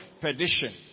perdition